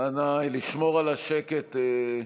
נא לשמור על השקט.